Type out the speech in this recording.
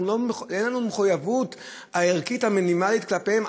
אין לנו מחויבות ערכית מינימלית כלפיהם?